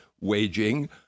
waging